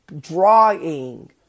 drawing